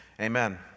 amen